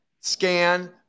scan